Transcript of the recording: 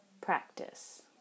practice